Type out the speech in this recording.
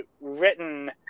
written